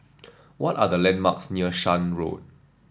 what are the landmarks near Shan Road